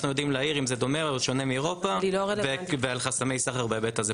אנו יודעים להעיר אם זה דומה או שונה מאירופה ועל חסמי סחר בהיבט הזה.